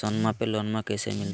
सोनमा पे लोनमा कैसे मिलते?